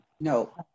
No